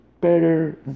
better